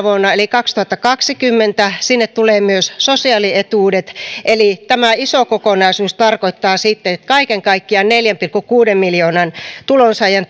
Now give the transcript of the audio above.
vuonna eli kaksituhattakaksikymmentä sinne tulee myös sosiaalietuudet eli tämä iso kokonaisuus tarkoittaa sitten että kaiken kaikkiaan neljän pilkku kuuden miljoonan tulonsaajan